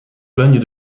bagne